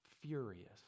furious